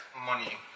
money